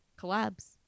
collabs